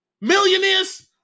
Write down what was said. Millionaires